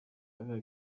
ارائه